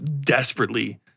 desperately